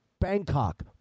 Bangkok